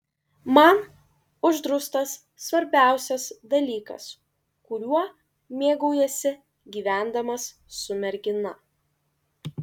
man uždraustas svarbiausias dalykas kuriuo mėgaujiesi gyvendamas su mergina